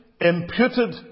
imputed